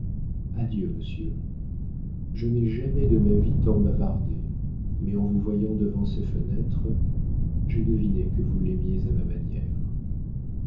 adieu monsieur je n'ai jamais de ma vie tant bavardé mais en vous voyant devant ses fenêtres j'ai deviné que vous l'aimiez à ma manière